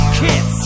kiss